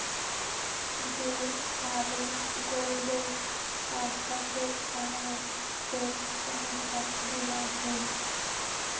যে ভাবে গৌলৌর চাষবাসের সময়ত যে সমস্যা গিলা হই